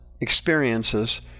experiences